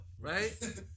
right